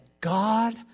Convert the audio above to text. God